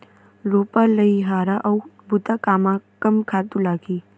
रोपा, लइहरा अऊ बुता कामा कम खातू लागही?